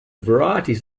varieties